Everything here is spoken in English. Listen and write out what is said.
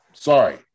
Sorry